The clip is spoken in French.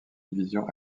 division